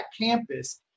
campus